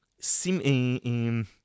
sim